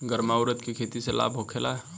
गर्मा उरद के खेती से लाभ होखे ला?